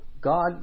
God